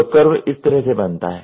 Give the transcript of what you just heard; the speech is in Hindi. तो कर्व इस तरह से बनता है